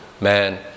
man